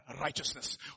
righteousness